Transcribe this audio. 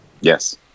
yes